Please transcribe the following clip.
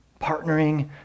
Partnering